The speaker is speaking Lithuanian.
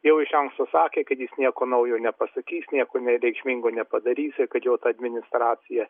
jau iš anksto sakė kad jis nieko naujo nepasakys nieko ne reikšmingo nepadarys ir kad jo administracija